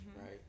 right